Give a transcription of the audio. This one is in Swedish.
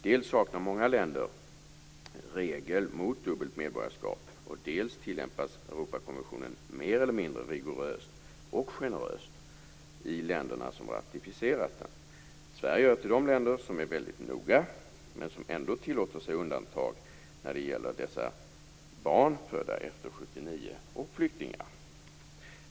Dels saknar många länder regler mot dubbelt medborgarskap, dels tillämpas Europarådskonventionen mer eller mindre rigoröst och generöst i länderna som har ratificerat den. Sverige hör till de länder som är väldigt noga men som ändå tillåter sig undantag för barn födda efter 1979 och flyktingar.